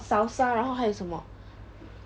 salsa 然后还有什么